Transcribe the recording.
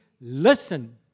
listen